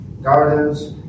gardens